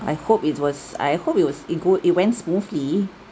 I hope it was I hope it was it go it went smoothly